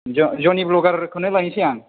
जौ जौनि ब्लगारखौनो लायनोसै आं